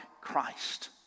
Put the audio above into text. Christ